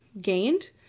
gained